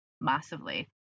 massively